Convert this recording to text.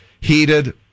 heated